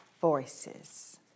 voices